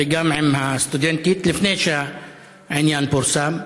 וגם עם הסטודנטית לפני שהעניין פורסם.